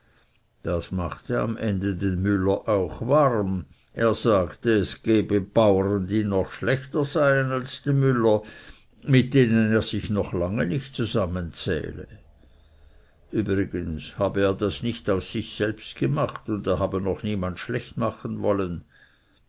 das machte am ende den müller auch warm und er sagte es gebe bauren die noch schlechter seien als die müller mit denen er sich noch lange nicht zusammenzähle übrigens habe er das nicht aus sich selbst gemacht und er habe noch niemand schlecht machen wollen